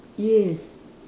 yes